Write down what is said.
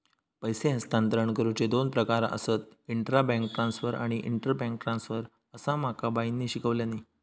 पैसे हस्तांतरण करुचे दोन प्रकार आसत, इंट्रा बैंक ट्रांसफर आणि इंटर बैंक ट्रांसफर, असा माका बाईंनी शिकवल्यानी